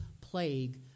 plague